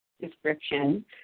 description